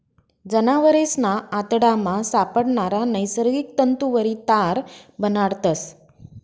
जनावरेसना आतडामा सापडणारा नैसर्गिक तंतुवरी तार बनाडतस